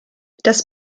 das